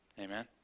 amen